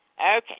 Okay